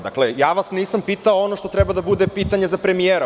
Dakle, ja vas nisam pitao ono što treba da bude pitanje za premijera.